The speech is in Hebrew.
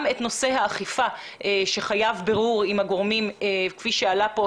את נושא האכיפה שחייב בירור עם הגורמים כפי שעלה כאן,